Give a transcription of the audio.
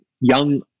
young